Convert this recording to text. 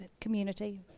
community